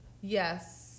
Yes